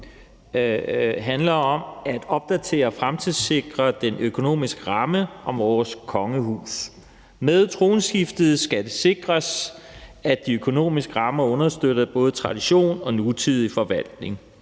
handler om at opdatere og fremtidssikre den økonomiske ramme om vores kongehus. Med tronskiftet skal det sikres, at de økonomiske rammer understøtter både tradition og nutidig forvaltning.